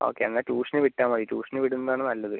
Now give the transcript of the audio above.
okay എന്നാൽ ട്യൂഷന് വിട്ടാൽ മതി ട്യൂഷന് വിടുന്നതാന്ന് നല്ലത്